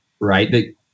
right